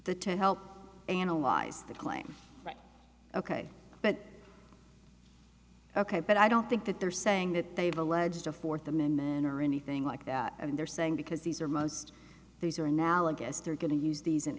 the to help analyze that claim right ok but ok but i don't think that they're saying that they've alleged a fourth amendment or anything like that and they're saying because these are most these are analogous they're going to use these